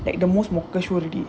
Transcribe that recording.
like the most smoker show already